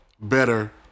better